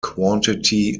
quantity